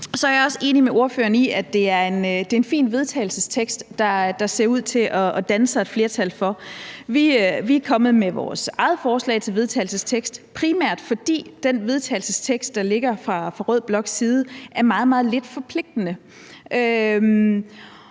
er jeg også enig med ordføreren i, at det er en fin vedtagelsestekst, som der ser ud til at danne sig et flertal for. Vi er kommet med vores eget forslag til vedtagelse, primært fordi den vedtagelsestekst, der ligger fra rød bloks side, er meget, meget lidt forpligtende.